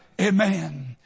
Amen